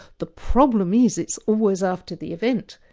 the problem is it's always after the event.